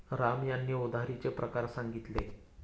राम यांनी उधारीचे प्रकार सांगितले